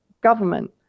government